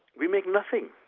we make nothing.